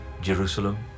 Jerusalem